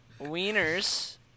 Wieners